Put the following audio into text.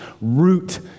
root